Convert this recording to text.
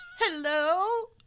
Hello